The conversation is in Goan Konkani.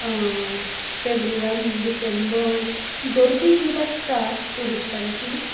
फेब्रुवारी डिसेंबर गर्दी खूब आसता ट्युरिस्टांची